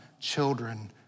children